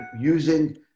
using